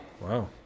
Wow